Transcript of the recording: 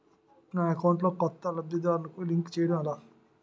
నా అకౌంట్ లో కొత్త లబ్ధిదారులను లింక్ చేయటం ఎలా?